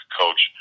coach